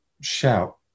Shout